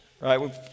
right